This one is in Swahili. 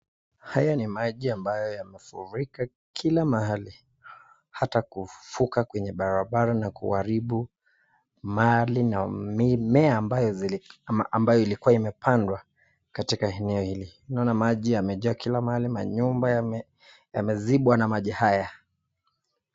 Haya ni maji ambayo yamefurika kila mahali, hata kuvuka kwenye barabara na kuaribu mali na mimea ambayo ilikuwa imepandwa eneo hili, unaona maji yamejaa kila mahali, manyumba yamezibwa kwenye maji haya.